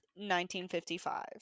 1955